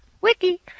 Wiki